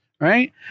right